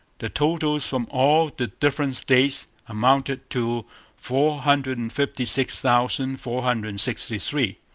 the totals from all the different states amounted to four hundred and fifty six thousand four hundred and sixty three.